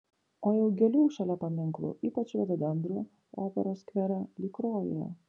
o jau gėlių šalia paminklų ypač rododendrų operos skvere lyg rojuje